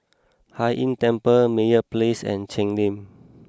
Hai Inn Temple Meyer Place and Cheng Lim